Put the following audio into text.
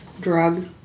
drug